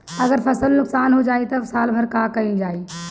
अगर फसल नुकसान हो जाई त साल भर का खाईल जाई